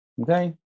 okay